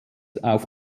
auf